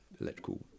electrical